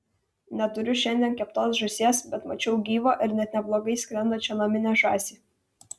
neturiu šiandien keptos žąsies bet mačiau gyvą ir net neblogai skrendančią naminę žąsį